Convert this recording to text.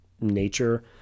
nature